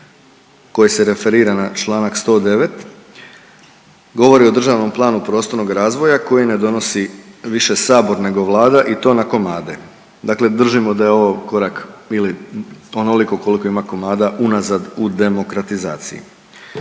koji se referira na članak 109. govori o državnom planu prostornog razvoja koji ne donosi više Sabor nego Vlada i to na komade. Dakle, držimo da je ovo korak ili onoliko koliko ima komada unazad u demokratizaciji.